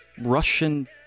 Russian